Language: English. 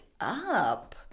up